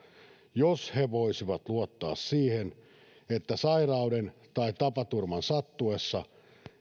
jos he voisivat luottaa siihen että sairauden tai tapaturman sattuessa